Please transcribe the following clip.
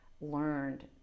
learned